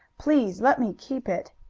please let me keep it.